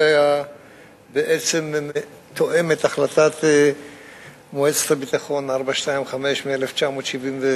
המהלך הזה תאם את החלטת מועצת הביטחון 425 מ-1978,